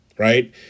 Right